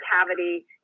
cavity